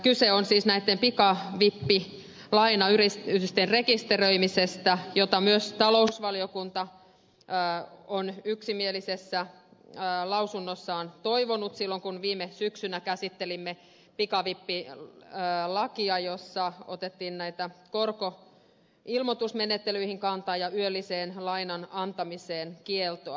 kyse on siis näitten pikavippi lainayritysten rekisteröimisestä jota myös talousvaliokunta on yksimielisessä lausunnossaan toivonut silloin kun viime syksynä käsittelimme pikavippilakia jossa otettiin korkoilmoitusmenettelyihin ja yölliseen lainan antamisen kieltoon kantaa